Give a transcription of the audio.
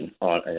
on